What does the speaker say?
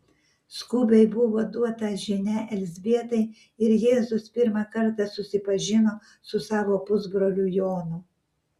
skubiai buvo duota žinia elzbietai ir jėzus pirmą kartą susipažino su savo pusbroliu jonu